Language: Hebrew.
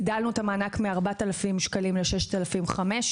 הגדלנו את המענק מ-4000 שקלים ל-6500.